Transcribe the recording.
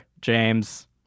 James